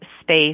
space